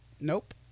Nope